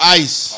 ice